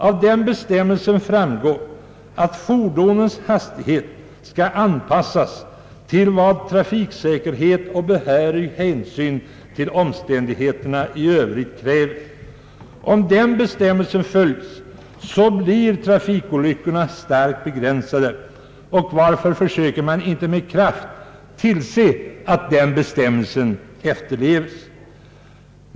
Av den framgår att fordonens hastighet skall anpassas till vad trafiksäkerheten och behörig hänsyn till omständigheterna i övrigt kräver. Om den bestämmelsen följs blir trafikolyckorna starkt begränsade. Varför söker man inte med kraft tillse att den bestämmelsen efterlevs?